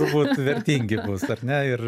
turbūt vertingi bus ar ne ir